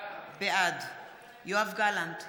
בעד יואב גלנט,